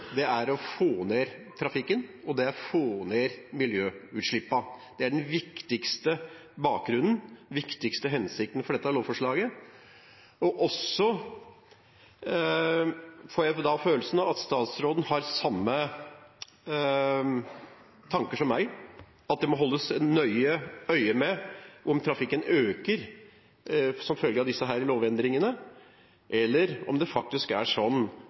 er å få ned trafikken og det er å få ned miljøutslippene. Det er den viktigste bakgrunnen, den viktigste hensikten med dette lovforslaget. Jeg får også følelsen av at statsråden har samme tanker som meg – at det må holdes nøye øye med om trafikken øker som følge av disse lovendringene, eller om det faktisk er sånn